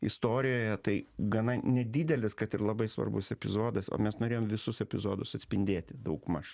istorijoje tai gana nedidelis kad ir labai svarbus epizodas o mes norėjom visus epizodus atspindėti daugmaž